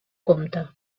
compte